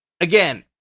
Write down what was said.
again